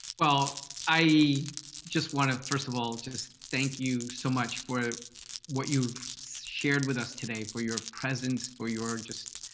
well, i just want to first of all, thank you so much for what you've shared with us today. for your presence, for your just